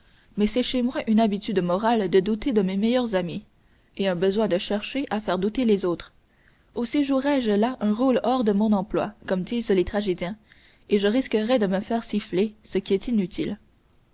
mais c'est chez moi une habitude morale de douter de mes meilleurs amis et un besoin de chercher à faire douter les autres aussi jouerais je là un rôle hors de mon emploi comme disent les tragédiens et je risquerais de me faire siffler ce qui est inutile